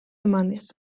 emanez